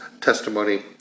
testimony